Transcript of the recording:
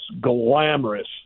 glamorous